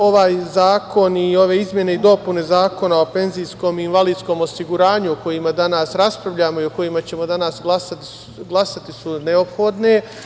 Ovaj zakon i ove izmene i dopune Zakona o penzijskom i invalidskom osiguranju o kojima danas raspravljamo i o kojima ćemo danas glasati su neophodne.